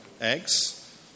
eggs